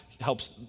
helps